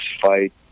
fight